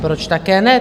Proč také ne?